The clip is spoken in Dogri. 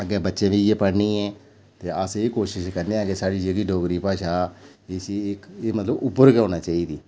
अग्गें बच्चें बी इ'यै पढ़नी ऐ ते अस एह् कोशिश करने आं कि साढ़ी जेह्की डोगरी भाशा जिसी क एह् मतलब उप्पर गै होना चाहिदी